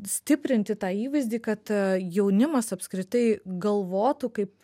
stiprinti tą įvaizdį kad jaunimas apskritai galvotų kaip